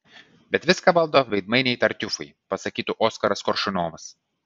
bet viską valdo veidmainiai tartiufai pasakytų oskaras koršunovas